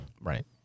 Right